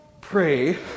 pray